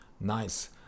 Nice